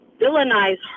villainize